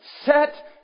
Set